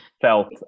felt